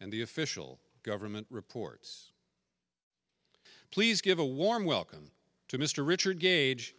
and the official government reports please give a warm welcome to mr richard gage